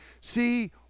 see